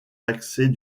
accès